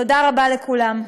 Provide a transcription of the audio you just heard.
תודה רבה לכולם.